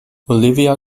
olivia